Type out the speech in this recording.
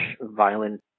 violent